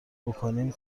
بکنیم